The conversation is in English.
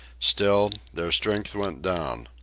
still, their strength went down.